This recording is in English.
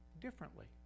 differently